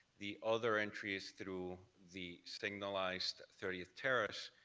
the other entry is through the signalized thirtieth terrace,